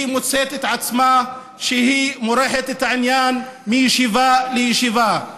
היא מוצאת את עצמה מורחת את העניין מישיבה לישיבה.